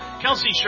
Kelsey